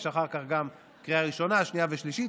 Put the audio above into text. יש אחר כך גם קריאה ראשונה, שנייה ושלישית.